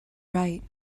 right